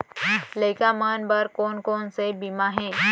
लइका मन बर कोन कोन से बीमा हे?